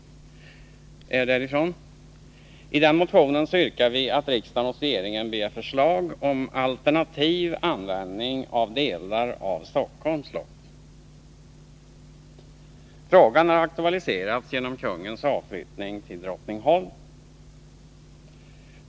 I den motionen yrkar vi att riksdagen hos regeringen begär förslag om alternativ användning av delar av Stockholms slott. Frågan har aktualiserats genom kungens avflyttning till Drottningholm.